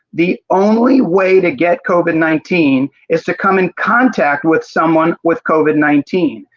the only way to get covid nineteen is to come in contact with someone with covid nineteen.